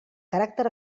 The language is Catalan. caràcter